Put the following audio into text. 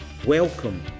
Welcome